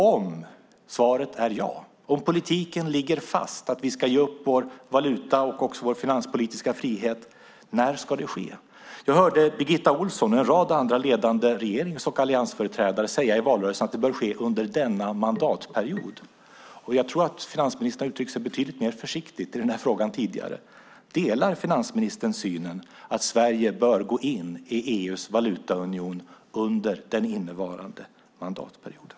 Om svaret är ja - om politiken ligger fast och vi ska ge upp vår valuta och vår finanspolitiska frihet - när ska det ske? Jag hörde Birgitta Ohlsson och en rad andra ledande regerings och alliansföreträdare i valrörelsen säga att det bör ske under denna mandatperiod. Jag tror att finansministern har uttryckt sig betydligt mer försiktigt i den här frågan tidigare. Delar finansministern synen att Sverige bör gå in i EU:s valutaunion under den innevarande mandatperioden?